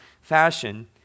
fashion